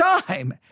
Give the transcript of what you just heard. time